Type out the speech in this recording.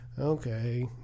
Okay